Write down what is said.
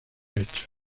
hecho